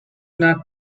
not